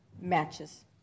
matches